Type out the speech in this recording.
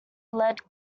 led